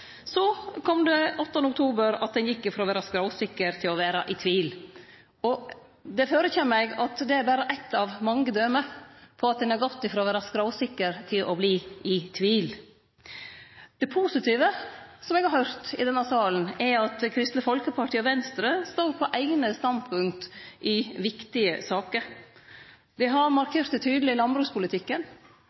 Så, den 8. oktober, gjekk ein frå å vere skråsikker til å vere i tvil. Og det førekjem meg at det berre er eitt av mange døme på at ein har gått frå å vere skråsikker til å vere i tvil. Det positive eg har høyrt i denne salen, er at Kristeleg Folkeparti og Venstre står på eigne standpunkt i viktige saker. Dei har markert det tydeleg i landbrukspolitikken.